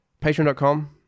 patreon.com